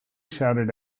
shouted